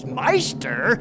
meister